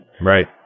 Right